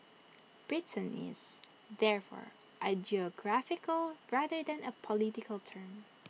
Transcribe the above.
Britain is therefore A geographical rather than A political term